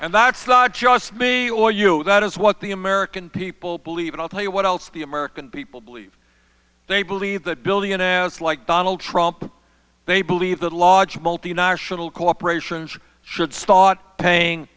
and that's just me or you that is what the american people believe in i'll tell you what else the american people believe they believe that billionaires like donald trump they believe that large multinational corporations should start paying